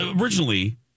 originally